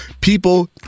people